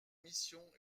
missions